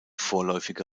vorläufige